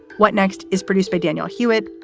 what next is produced by daniel hewitt,